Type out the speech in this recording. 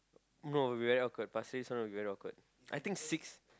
no very awkward pasir-ris one will be very awkward I think very six